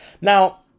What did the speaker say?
Now